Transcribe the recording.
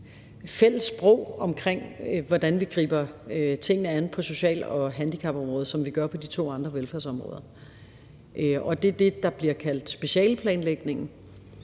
fælles sprog for, hvordan vi griber tingene an på social- og handicapområdet, som vi har på de to andre velfærdsområder. Det er det, der bliver kaldt specialeplanlægningen,